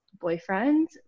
boyfriend